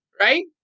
right